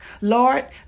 Lord